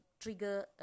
trigger